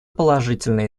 положительное